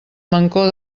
mancor